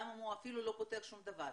גם אם הוא אפילו לא פותח שום דבר.